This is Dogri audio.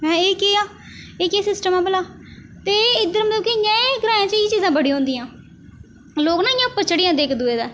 हैं केह् ऐ एह् केह् ऐ एह् केह् सिस्टम ऐ भला ते एह् इद्धर मतलब इ'यां ऐ कि ग्राएं च एह् चीज़ां बड़ियां होंदियां लोग ना इ'यां उप्पर चढ़ी जंदे इक दूए दे